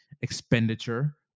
Expenditure